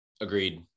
Agreed